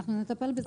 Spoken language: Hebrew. אנחנו נטפל בזה.